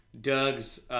Doug's